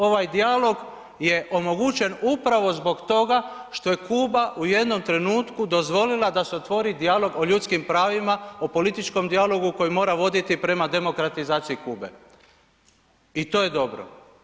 Ovaj dijalog je omogućen upravo zbog toga što je Kuba u jednom trenutku dozvolila da se otvori dijalog o ljudskim pravima, o političkom dijalogu koji mora voditi prema demokratizaciji Kube i to je dobro.